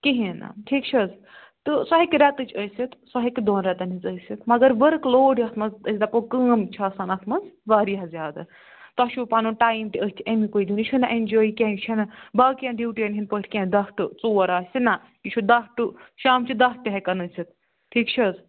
کِہیٖنۍ نہٕ ٹھیٖک چھ حظ تہٕ سۄ ہیٚکہِ ریٚتچ ٲسِتھ سۄ ہیٚکہِ دۄن ریٚتن ہٕنٛز ٲسِتھ مگر ؤرک لوڑ یتھ مَنٛز أسۍ دَپو کٲم چھِ آسان اتھ مَنٛز واریاہ زیادٕ تۄہہِ چھو پَنن ٹایم تہِ أتھ امکُے یہ چھ نہٕ این جی او کینہہ یہ چھ نہ باقین ڈیوٹِیَن ہٕنٛد پٲٹھۍ کینٛہہ دہ ٹُو ژور آسہِ نہ یہ چھ دہ ٹُو شامچہ دہ تہِ ہیٚکن ٲسِتھ ٹھیٖک چھَ حظ